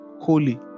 holy